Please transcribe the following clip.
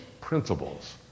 principles